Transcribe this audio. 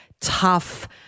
tough